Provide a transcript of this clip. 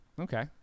Okay